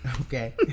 okay